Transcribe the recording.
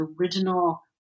original